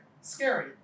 scary